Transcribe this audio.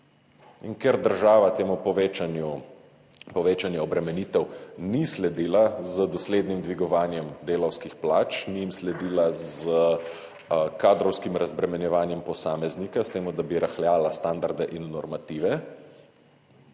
ker država temu povečanju povečanja obremenitev ni sledila z doslednim dvigovanjem delavskih plač, ni jim sledila z kadrovskim razbremenjevanjem posameznika, s temu da bi rahljala standarde in normative,